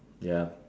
ya